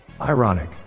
Ironic